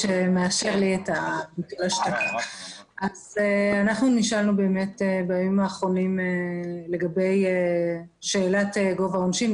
אנחנו נשאלנו בימים האחרונים לגבי גובה העונשין.